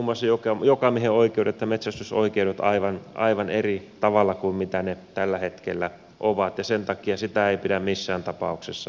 se tulisi muuttamaan muun muassa jokamiehenoikeudet ja metsästysoikeudet aivan erilaisiksi kuin mitä ne tällä hetkellä ovat ja sen takia sitä ei pidä missään tapauksessa hyväksyä